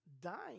dying